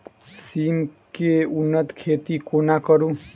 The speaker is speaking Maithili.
सिम केँ उन्नत खेती कोना करू?